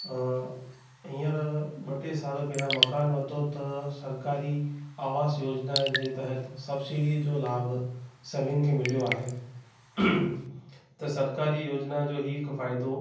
हींअर ॿ टे साल पहिरियां मकानु वरितो त सरकारी आवास योजना जे तहत सब्सिटी जो लाभ सभिनि खे मिलियो आहे त सरकारी योजना जो हीउ हिकु फ़ाइदो